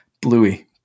Bluey